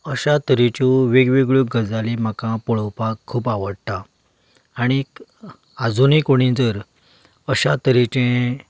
अशा तरेच्यो वेगवेगळ्यो गजाली म्हाका पळोपाक खूब आवडटा आनी आजुनय कोण जर अशा तरेचें